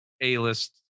A-list